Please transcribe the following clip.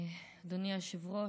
אדוני היושב-ראש,